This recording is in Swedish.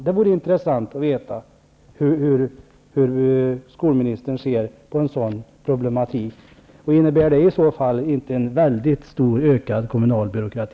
Det vore intressant att veta hur skolministern ser på en sådan problematik. Och innebär det i så fall inte en väldigt ökad kommunal byråkrati?